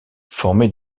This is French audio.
formé